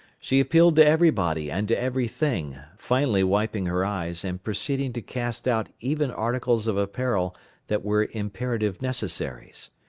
she appealed to everybody and to everything, finally wiping her eyes and proceeding to cast out even articles of apparel that were imperative necessaries.